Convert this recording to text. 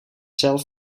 zelf